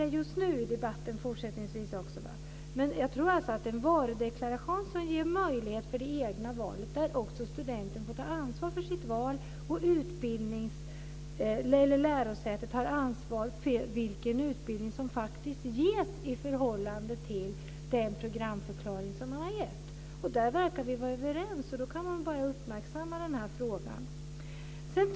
Det är viktigt med en varudeklaration som ger möjlighet att göra egna val där också studenten får ta ansvar för sitt val, medan lärosätet får ta ansvar för den utbildning som erbjuds i förhållande till den programförklaring som har lämnats. Här verkar vi vara överens, och då kan man börja uppmärksamma den här frågan.